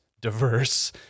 diverse